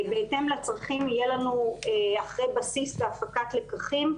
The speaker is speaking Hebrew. בהתאם לצרכים יהיה לנו בסיס להפקת לקחים,